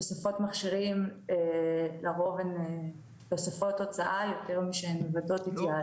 תוספות מכשירים לרוב הן תוספת הוצאה יותר משהן מבטאות התייעלות.